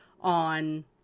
on